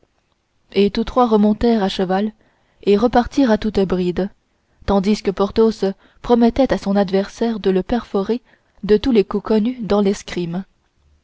et tous trois remontèrent à cheval et repartirent à toute bride tandis que porthos promettait à son adversaire de le perforer de tous les coups connus dans l'escrime